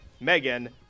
Megan